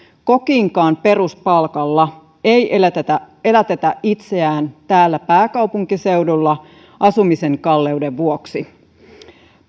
kokinkaan peruspalkalla ei elätetä elätetä itseään täällä pääkaupunkiseudulla asumisen kalleuden vuoksi